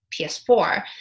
PS4